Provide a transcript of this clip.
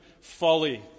folly